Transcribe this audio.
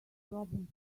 problem